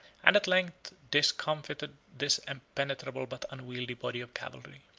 and at length discomfited this impenetrable but unwieldy body of cavalry.